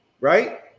Right